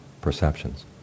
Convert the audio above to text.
perceptions